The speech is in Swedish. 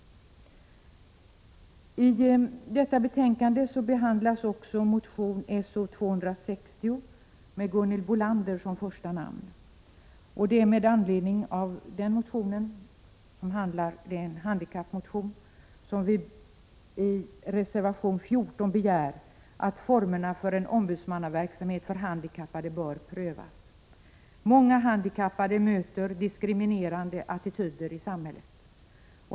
I detta betänkande behandlas också motion S0260 med Gunhild Bolander som första namn. Det är med anledning av den motionen — en handikappmotion — som vi i reservation 14 begär att formerna för en ombudsmannaverksamhet för handikappade skall prövas. Många handikappade möter diskriminerande attityder i samhället.